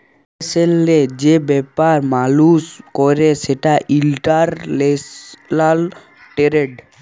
বিদেশেল্লে যে ব্যাপার মালুস ক্যরে সেটা ইলটারল্যাশলাল টেরেড